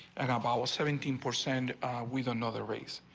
and but i was seventeen percent with another race.